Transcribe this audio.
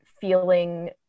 feeling